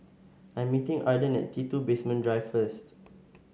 I'm meeting Arden at T two Basement Drive first